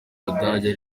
budage